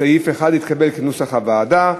סעיף 1 התקבל כנוסח הוועדה.